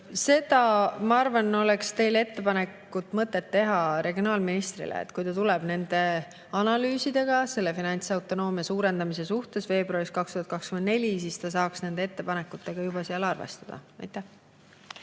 Ma arvan, et see ettepanek oleks teil mõtet teha regionaalministrile. Kui ta tuleb nende analüüsidega selle finantsautonoomia suurendamise suhtes veebruaris 2024, siis ta saaks nende ettepanekutega juba seal arvestada. Aitäh!